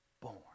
born